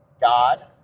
God